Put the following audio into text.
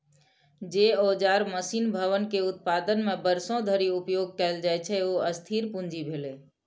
जे औजार, मशीन, भवन केर उत्पादन मे वर्षों धरि उपयोग कैल जाइ छै, ओ स्थिर पूंजी भेलै